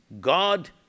God